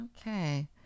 Okay